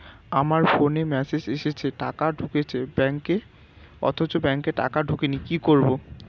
আমার ফোনে মেসেজ এসেছে টাকা ঢুকেছে ব্যাঙ্কে অথচ ব্যাংকে টাকা ঢোকেনি কি করবো?